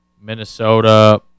Minnesota